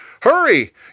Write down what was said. Hurry